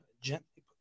Gently